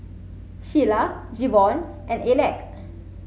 Sheilah Jevon and Aleck